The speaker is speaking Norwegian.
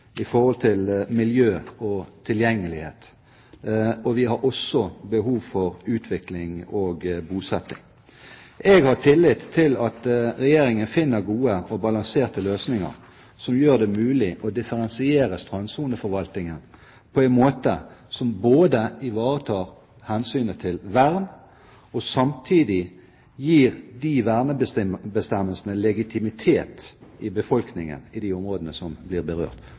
i forhold til miljø og tilgjengelighet. Og vi har også behov for utvikling og bosetting. Jeg har tillit til at Regjeringen finner gode og balanserte løsninger som gjør det mulig å differensiere strandsoneforvaltningen på en måte som både ivaretar hensynet til vern og samtidig gir de vernebestemmelsene legitimitet i befolkningen i de områdene som blir berørt.